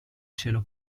cielo